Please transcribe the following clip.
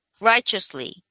righteously